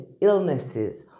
illnesses